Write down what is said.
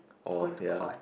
oh ya